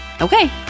Okay